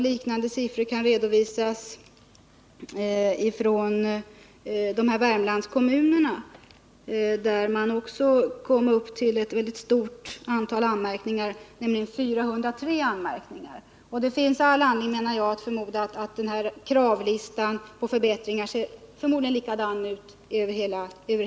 Liknande siffror kan redovisas från Värmlandskommunerna, där man också noterat ett väldigt stort antal anmärkningar, nämligen 403. Jag menar att det finns all anledning att förmoda att listan över krav på förbättringar ser likadan ut över hela riket.